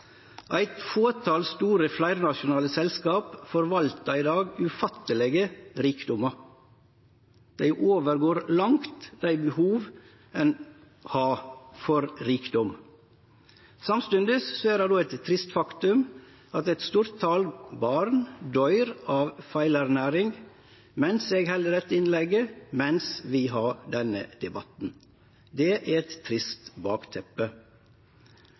Eit fåtal store fleirnasjonale selskap forvaltar i dag ufattelege rikdommar. Det overgår langt dei behova ein har for rikdom. Samstundes er det eit trist faktum at eit stort tal barn døyr av feilernæring mens eg held dette innlegget, mens vi har denne debatten. Det er eit trist bakteppe.